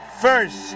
first